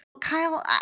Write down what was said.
Kyle